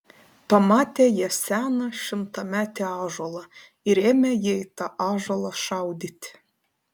pamatė jie seną šimtametį ąžuolą ir ėmė jie į tą ąžuolą šaudyti